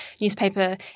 newspaper